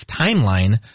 timeline